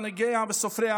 מנהיגיה וסופריה,